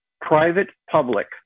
private-public